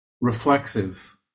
reflexive